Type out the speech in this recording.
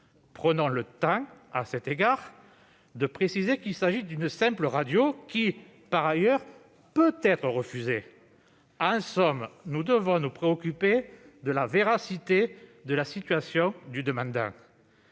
Prenons le temps, à cet égard, de préciser qu'il s'agit d'une simple radiographie, et que celle-ci peut être refusée. En somme, nous devons nous préoccuper de la véracité de la situation du demandant.